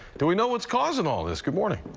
do we know what's causing all this good morning.